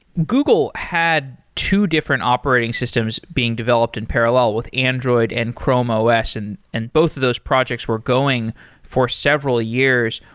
google had two different operating systems being developed in parallel with android and chrome os and and both of those projects were going for several years.